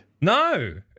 No